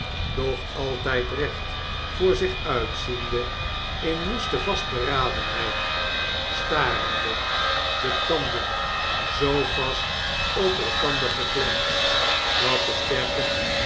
doch altijd recht voor zich uitziende in woeste vastberadenheid starende de tanden zoo vast op elkander geklemd dat de sterke